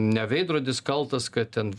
ne veidrodis kaltas kad ten